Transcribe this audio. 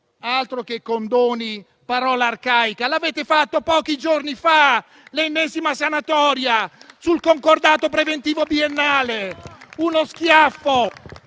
altro che condoni, parola arcaica. Avete fatto, pochi giorni fa, l'ennesima sanatoria sul concordato preventivo biennale: uno schiaffo,